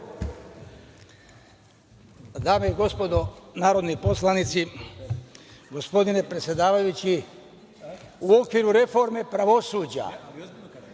Dame i gospodo narodni poslanici, gospodine predsedavajući, u okviru reforme pravosuđa